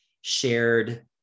shared